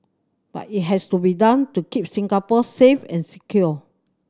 but it has to be done to keep Singapore safe and secure